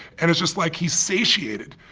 and it's just like he's satiated.